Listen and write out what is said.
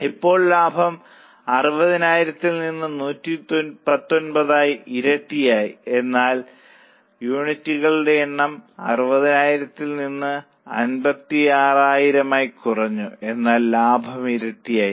ഇപ്പോൾ ലാഭം 60000 ൽ നിന്ന് 119 ആയി ഇരട്ടിയായി എന്നാൽ യൂണിറ്റുകളുടെ എണ്ണം 60000 ൽ നിന്ന് 56000 ആയി കുറഞ്ഞു എന്നാൽ ലാഭം ഇരട്ടിയായി